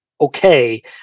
okay